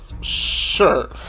sure